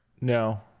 No